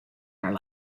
our